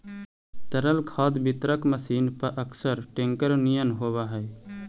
तरल खाद वितरक मशीन पअकसर टेंकर निअन होवऽ हई